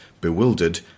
bewildered